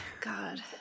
God